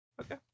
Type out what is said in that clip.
Okay